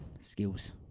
Skills